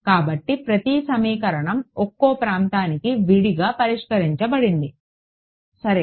కాబట్టి ప్రతి సమీకరణం ఒక్కో ప్రాంతానికి విడిగా పరిష్కరించబడింది సరే